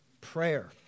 Prayer